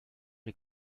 est